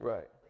Right